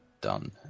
done